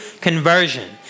conversion